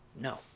no